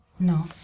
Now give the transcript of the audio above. No